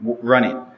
running